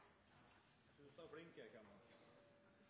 ut av